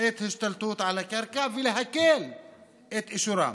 את ההשתלטות על הקרקע ולהקל את אישורן.